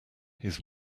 his